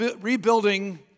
rebuilding